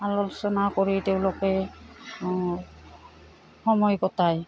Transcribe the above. আলোচনা কৰি তেওঁলোকে সময় কটায়